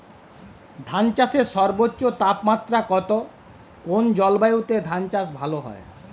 ধান চাষে সর্বোচ্চ তাপমাত্রা কত কোন জলবায়ুতে ধান চাষ ভালো হয়?